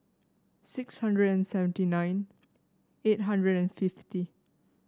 six hundred and seventy nine eight hundred and fifty